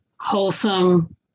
wholesome